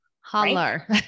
holler